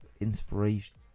inspiration